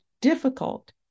difficult